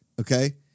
okay